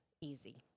easy